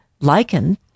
lichen